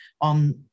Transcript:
on